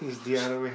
it's the other way